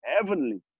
heavenly